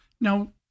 Now